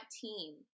team